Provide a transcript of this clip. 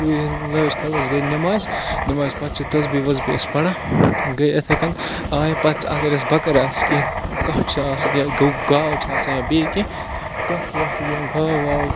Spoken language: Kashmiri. ٹوٗپۍ لٲج کَلَس گٔے نٮ۪مازِ نٮ۪مازِ پَتہٕ چھِ تٔسبیٖح ؤسبیٖح أسۍ پَران گٔے یِتھَے کٔن آے پَتہٕ اَگر اَسہِ بَکٕرۍ آسہِ کیٚنٛہہ کَٹھ چھِ آسان یا گاو چھِ آسان یا بیٚیہِ کیٚنٛہہ کَٹھ وَٹھ یا گاو واو